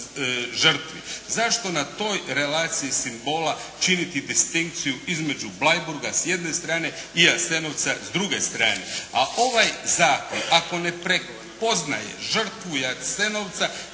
žrtvi. Zašto na toj relaciji simbola činiti distinkciju između Bleiburga s jedne strane i Jasenovca s druge strane? A ovaj zakon ako ne prepoznaje žrtvu Jasenovca